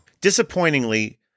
Disappointingly